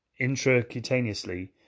intracutaneously